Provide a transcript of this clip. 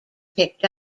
picked